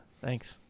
thanks